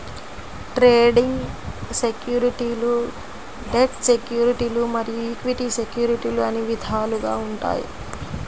trading సెక్యూరిటీలు debt సెక్యూరిటీలు మరియు ఈక్విటీ సెక్యూరిటీలు అని విధాలుగా ఉంటాయి